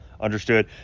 understood